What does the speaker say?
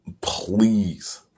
please